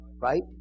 Right